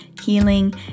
healing